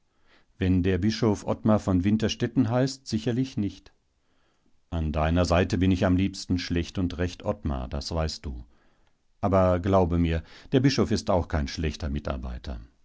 wenn der bischof ottmar von winterstetten heißt sicherlich nicht an deiner seite bin ich am liebsten schlecht und recht ottmar das weißt du aber glaube mir der bischof ist auch kein schlechter mitarbeiter